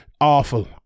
Awful